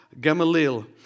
Gamaliel